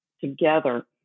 together